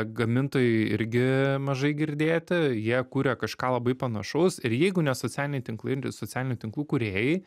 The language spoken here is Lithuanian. gamintojai irgi mažai girdėti jie kuria kažką labai panašaus ir jeigu ne socialiniai tinklai socialinių tinklų kūrėjai